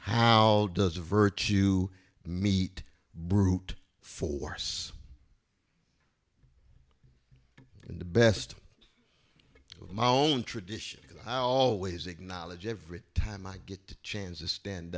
how does a virtue meet brute force in the best of my own tradition i always acknowledge every time i get the chance to stand